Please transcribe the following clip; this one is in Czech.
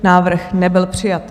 Návrh nebyl přijat.